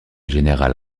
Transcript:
général